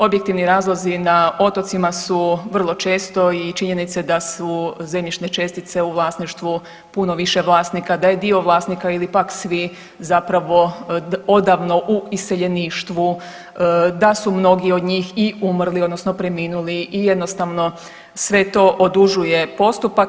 Objektivni razlozi na otocima su vrlo često i činjenice da su zemljišne čestice u vlasništvu puno više vlasnika, da je dio vlasnika ili pak svi zapravo odavno u iseljeništvu, da su mnogi od njih i umrli odnosno preminuli i jednostavno sve to odužuje postupak.